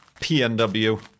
PNW